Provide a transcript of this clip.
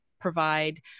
provide